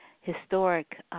historic